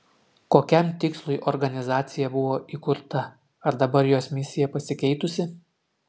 kokiam tikslui organizacija buvo įkurta ar dabar jos misija pasikeitusi